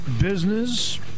business